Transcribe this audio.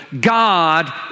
God